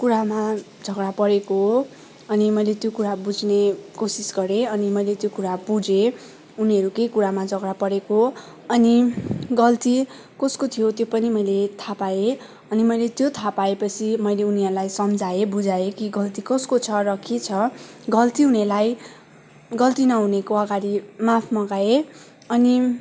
कुरामा झगडा परेको हो अनि मैले त्यो कुरा बुझ्ने कोसिस गरेँ अनि मैले त्यो कुरा बुझेँ उनीहरू के कुरामा झगडा परेको अनि गल्ती कसको थियो त्यो पनि मैले थाहा पाएँ अनि मैले त्यो थाहा पाएपछि मैले उनीहरलाई सम्झाएँ बुझाएँ कि गल्ती कसको छ र के छ गल्ती हुनेलाई गल्ती नहुनेको अगाडि माफ मगाएँ अनि